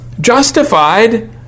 justified